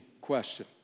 question